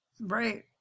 Right